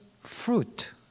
fruit